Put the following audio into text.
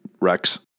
Rex